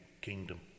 kingdom